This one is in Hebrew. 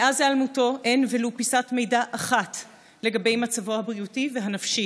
מאז היעלמותו אין ולו פיסת מידע אחת לגבי מצבו הבריאותי והנפשי,